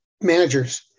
managers